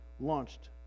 launched